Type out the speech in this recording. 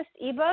ebook